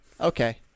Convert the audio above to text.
okay